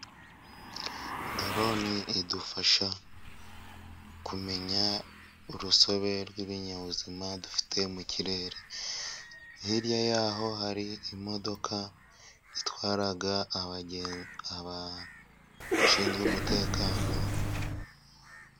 Dorone idufasha kumenya urusobe rw'ibinyabuzima dufite mu kirere. Hirya y'aho hari imodoka itwara abashinzwe umutekano.